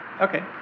Okay